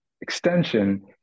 extension